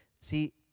See